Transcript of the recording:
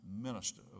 minister